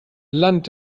land